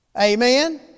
Amen